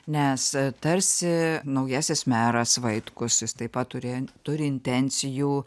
nes tarsi naujasis meras vaitkus jis taip pat turėjo turi intencijų